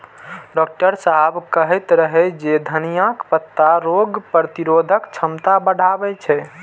doctor साहेब कहैत रहै जे धनियाक पत्ता रोग प्रतिरोधक क्षमता बढ़बै छै